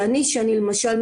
אני למשל,